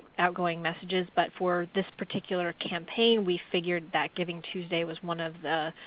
outgoing messages, but for this particular campaign we figured that givingtuesday was one of the